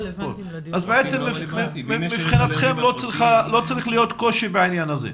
בעצם מבחינתכם לא צריך להיות קושי בעניין הזה?